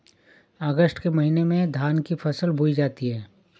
अगस्त के महीने में धान की फसल बोई जाती हैं